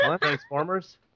Transformers